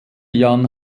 jan